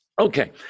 Okay